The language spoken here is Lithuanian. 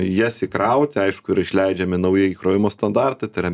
jas įkrauti aišku yra išleidžiami nauji įkrovimo standartai tai yra